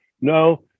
No